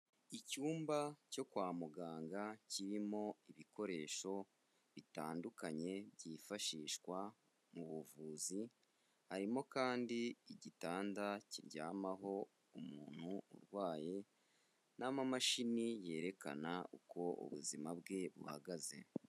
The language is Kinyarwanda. Icyumba cyo kwa muganga kirimo ibikoresho bitandukanye byifashishwa mu buvuzi, harimo kandi igitanda kiryamaho umuntu urwaye n'amamashini yerekana uko ubuzima bwe buhagaze.